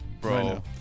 Bro